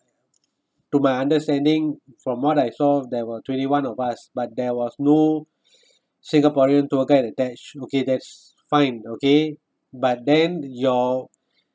to my understanding from what I saw there were twenty one of us but there was no singaporean tour guide attached okay that's fine okay but then your